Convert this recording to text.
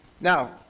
Now